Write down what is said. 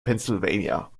pennsylvania